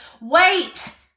Wait